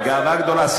בגאווה גדולה,